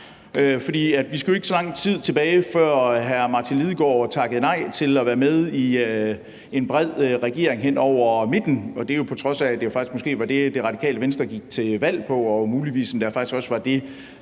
vi skal jo ikke så lang tid tilbage, før hr. Martin Lidegaard takkede nej til at være med i en bred regering hen over midten, og det var jo, på trods af at det faktisk måske var det, som Radikale Venstre gik til valg på, og det var muligvis endda også det,